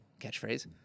catchphrase